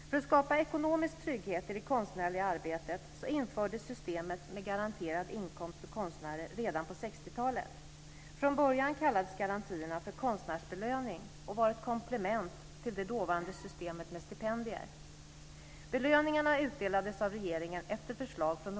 För att skapa ekonomisk trygghet i det konstnärliga arbetet infördes systemet med garanterad inkomst för konstnärer redan på 60-talet. Från början kallades garantierna för konstnärsbelöning och var ett komplement till det dåvarande systemet med stipendier.